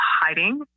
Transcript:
hiding